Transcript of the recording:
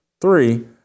Three